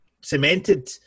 cemented